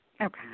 okay